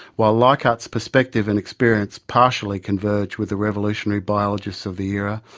while leichhardt's perspective and experience partially converge with the revolutionary biologists of the era,